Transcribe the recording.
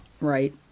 right